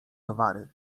towary